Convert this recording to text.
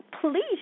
please